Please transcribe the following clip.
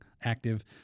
active